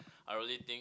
I really think